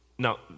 Now